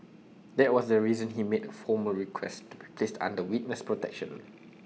that was the reason he made A formal request to be placed under witness protection